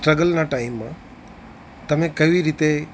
સ્ટ્રગલના ટાઈમમાં તમે કેવી રીતે